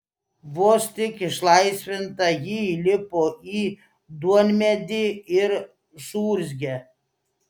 vos tik išlaisvinta ji įlipo į duonmedį ir suurzgė